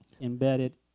embedded